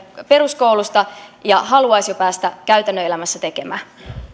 peruskoulusta ja haluaisivat jo päästä käytännön elämässä tekemään